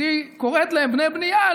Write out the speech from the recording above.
אז היא קוראת להם בני בלייעל,